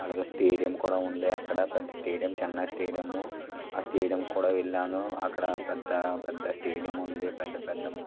అలాగే స్టేడియం కూడా ఉంది అక్కడ పెద్ద స్టేడియం చెన్నై స్టేడియం ఆ స్టేడియం కూడా వెళ్ళాను అక్కడ పెద్ద పెద్ద స్టేడియం ఉంది పెద్ద పెద్ద